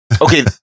okay